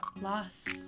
loss